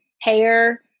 hair